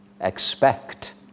Expect